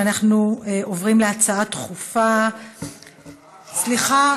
אנחנו עוברים להצעה דחופה, סליחה.